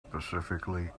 specifically